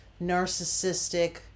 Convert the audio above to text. narcissistic